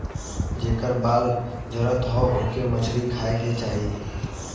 जेकर बाल झरत हौ ओके मछरी खाए के चाही